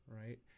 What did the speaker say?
Right